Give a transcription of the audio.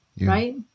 right